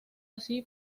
así